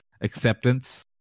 acceptance